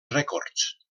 rècords